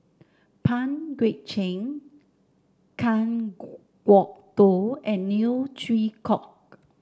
Pang Guek Cheng Kan Kwok Toh and Neo Chwee Kok